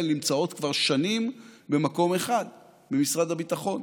נמצאות כבר שנים במקום אחד: במשרד הביטחון.